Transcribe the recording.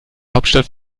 hauptstadt